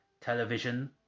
Television